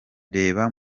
reba